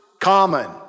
common